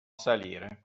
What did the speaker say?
salire